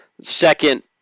second